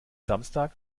samstag